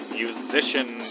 musician